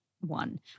one